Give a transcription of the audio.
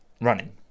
running